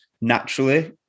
naturally